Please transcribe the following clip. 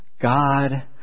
God